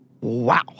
Wow